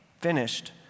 finished